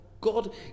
god